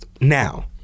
now